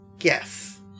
Yes